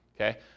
okay